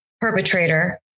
perpetrator